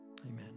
Amen